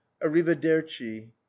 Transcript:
arrivederci